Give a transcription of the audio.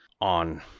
on